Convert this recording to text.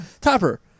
Topper